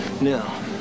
Now